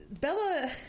Bella